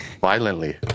violently